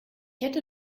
hätte